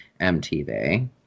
MTV